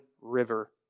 River